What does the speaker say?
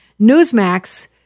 Newsmax